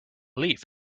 leaf